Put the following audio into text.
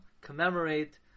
commemorate